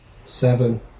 Seven